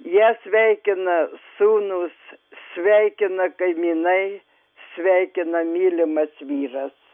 ją sveikina sūnūs sveikina kaimynai sveikina mylimas vyras